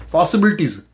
Possibilities